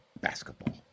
basketball